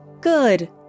Good